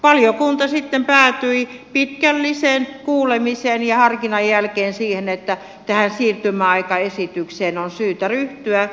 valiokunta sitten päätyi pitkällisen kuulemisen ja harkinnan jälkeen siihen että tähän siirtymäaikaesitykseen on syytä ryhtyä